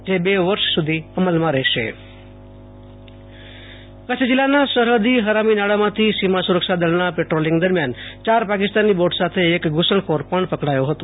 જે બે વર્ષ સુધી અમલમાં રહેશે આશુ તોષ અંતાણી ક ચ્છ હરામીનાળુ કચ્છ જીલ્લાના સરહદી હરામીનાળામાંથી સીમા સુ રક્ષા દળના પેટ્રોલિંગ દરમ્યાન યાર પાકિસ્તાની બોટ સાથે એક ધુ સણખોર પણ પકડાયો હતો